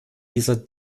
dieser